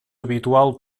habitual